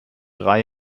drei